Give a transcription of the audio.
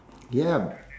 ya